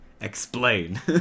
explain